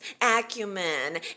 acumen